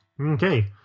Okay